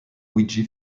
luigi